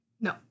No